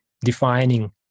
defining